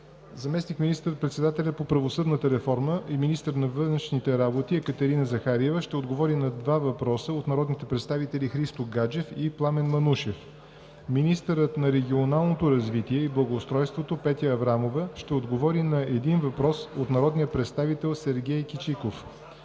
Заместник министър-председателят по правосъдната реформа и министър на външните работи Екатерина Захариева ще отговори на два въпроса от народните представители Христо Гаджев; и Пламен Манушев. 2. Министърът на регионалното развитие и благоустройството Петя Аврамова ще отговори на един въпрос от народния представител Сергей Кичиков.